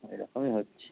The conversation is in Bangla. ওই রকমই হচ্ছে